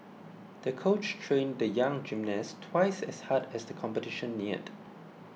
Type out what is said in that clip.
the coach trained the young gymnast twice as hard as the competition neared